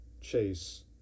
chase